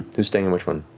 who's staying in which one?